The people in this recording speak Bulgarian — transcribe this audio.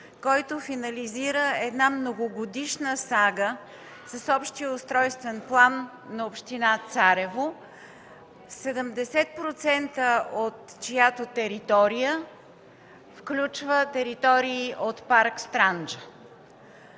който финализира една многогодишна сага с Общия устройствен план на община Царево, 70% от чиято територия включва територии от парк „Странджа”.